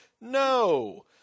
No